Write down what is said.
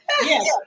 yes